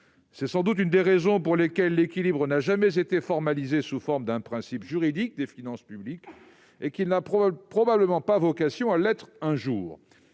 C'est sans doute une des raisons pour lesquelles l'équilibre n'a jamais été formalisé comme un principe juridique des finances publiques, et qu'il n'a probablement pas vocation à l'être un jour.